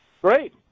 great